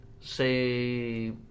say